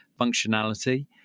functionality